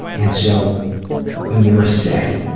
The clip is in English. and so when you were sick,